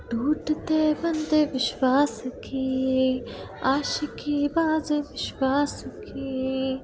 टूटते बनते विश्वास की आशिकी बाजी विश्वास की